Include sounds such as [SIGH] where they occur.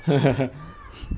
[LAUGHS]